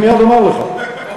אני מייד אומר לך בדיוק.